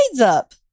up